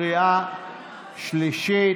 וקריאה שלישית.